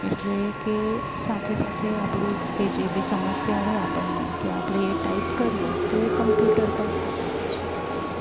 એટલે કે સાથે સાથે આપણું કે જે બી સમસ્યા હોય આપણને કે આપણે એ ટાઈપ કરીએ તો એ કમ્પ્યુટર પણ આપી દે છે એ કરીને